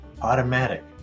Automatic